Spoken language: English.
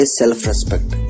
self-respect